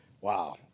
wow